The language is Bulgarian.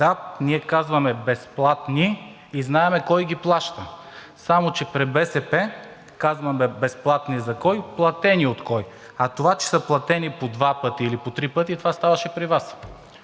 Да, ние казваме „безплатни“ и знаем кой ги плаща. Само че от БСП казваме безплатни за кого, платени от кого. А това, че са платени по два пъти или по три пъти, ставаше при Вас.